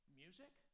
music